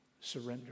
surrender